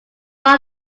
one